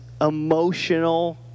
emotional